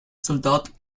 soldat